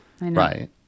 right